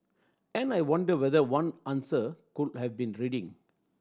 and I wonder whether one answer could have been reading